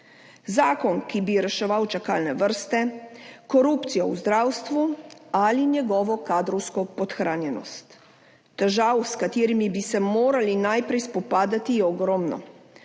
zakon, ki bi reševal čakalne vrste, korupcijo v zdravstvu ali njegovo kadrovsko podhranjenost. Težav, s katerimi bi se morali najprej spopadati, je ogromno,